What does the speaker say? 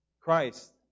Christ